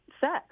sex